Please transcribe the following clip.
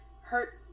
hurt